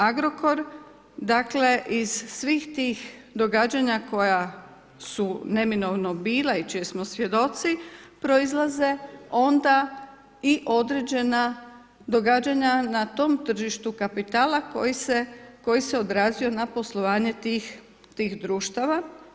Agrokor, dakle, iz svih tih događanja koja su neminovno bila i čiji smo svjedoci, proizlaze onda i određena događanja na tom tržištu kapitala koji se odrazuje na poslovanje tih društava.